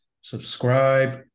subscribe